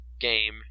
game